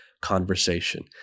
conversation